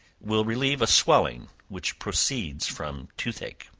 will relieve a swelling which proceeds from tooth-ache.